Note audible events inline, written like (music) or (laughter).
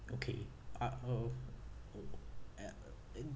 okay (noise)